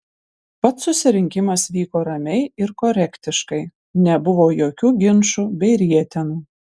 pats susirinkimas vyko ramiai ir korektiškai nebuvo jokių ginčų bei rietenų